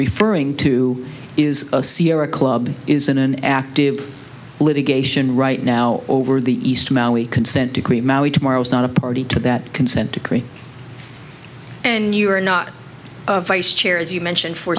referring to is a sierra club is in an active litigation right now over the east consent decree maui tomorrow is not a party to that consent decree and you are not vice chair as you mentioned for